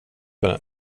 henne